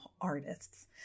artists